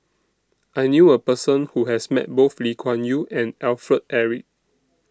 I knew A Person Who has Met Both Lee Kuan Yew and Alfred Eric